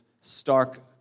stark